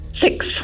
six